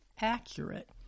accurate